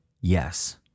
Yes